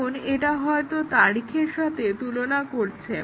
যেমন এটা হয়তো তারিখের সাথে তুলনা করছে